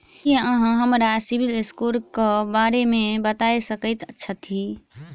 की अहाँ हमरा सिबिल स्कोर क बारे मे बता सकइत छथि?